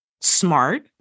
smart